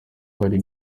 hari